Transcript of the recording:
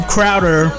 Crowder